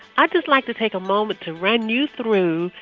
i'd just like to take a moment to run you through,